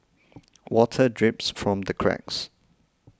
water drips from the cracks